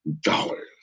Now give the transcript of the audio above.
dollars